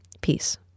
Peace